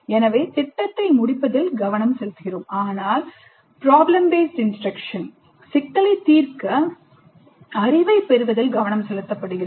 எனவே திட்டத்தை முடிப்பதில் கவனம் செலுத்துகிறோம் ஆனால் PBI சிக்கலை தீர்க்க அறிவைப் பெறுவதில் கவனம் செலுத்தப்படுகிறது